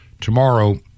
tomorrow